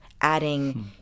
adding